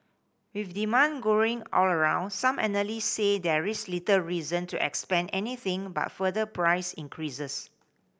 with demand growing all around some analyst say there is little reason to expect anything but further price increases